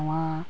ᱱᱚᱣᱟ